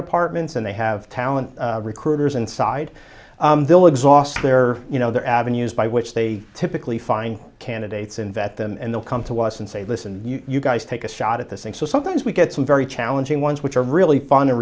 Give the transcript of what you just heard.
apartments and they have talent recruiters inside they'll exhaust their you know their avenues by which they typically find candidates and vet them and they'll come to us and say listen you guys take a shot at this and so sometimes we get some very challenging ones which are really f